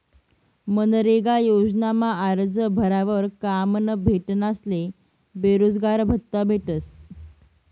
मनरेगा योजनामा आरजं भरावर काम न भेटनारस्ले बेरोजगारभत्त्ता भेटस